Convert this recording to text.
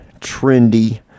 trendy